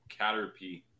Caterpie